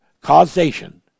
causation